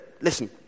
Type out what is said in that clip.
Listen